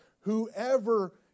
whoever